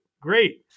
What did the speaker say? great